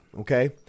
okay